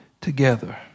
together